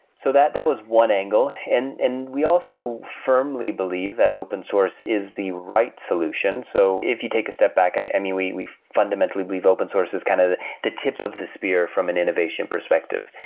so that that was one angle and and we also firmly believe that open source is the right solution. so if you take a step back, i mean, we we fundamentally believe open source is kind of the tip of the spear from an innovation perspective.